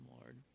Lord